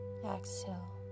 Exhale